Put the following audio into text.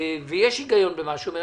ויש היגיון במה שהוא אומר.